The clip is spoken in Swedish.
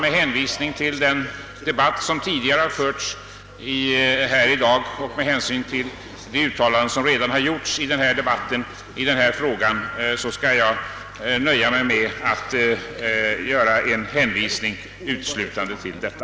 Med hänvisning till den debatt som tidigare förts här i dag och med hänsyn till de uttalanden som redan gjorts i denna debatt i denna fråga skall jag nöja mig med att göra en hänvisning uteslutande till detta.